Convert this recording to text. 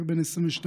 צעיר בן 22,